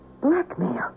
Blackmail